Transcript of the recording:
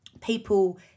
people